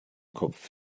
kopf